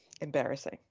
embarrassing